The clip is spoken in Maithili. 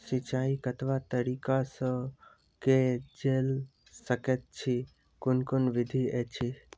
सिंचाई कतवा तरीका सअ के जेल सकैत छी, कून कून विधि ऐछि?